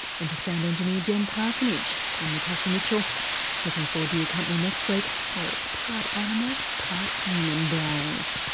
and to sound engineer jen parsonage, i'm natasha mitchell looking forward to your company next week where it's part animal, part human brains.